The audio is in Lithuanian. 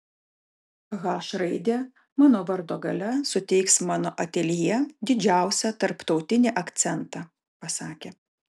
h raidė mano vardo gale suteiks mano ateljė didžiausią tarptautinį akcentą pasakė